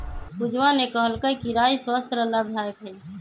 पूजवा ने कहल कई कि राई स्वस्थ्य ला लाभदायक हई